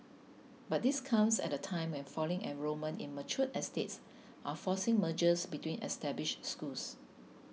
but this comes at a time when falling enrolment in mature estates are forcing mergers between established schools